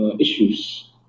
issues